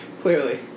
clearly